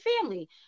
family